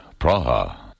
Praha